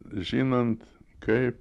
žinant kaip